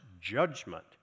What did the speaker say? judgment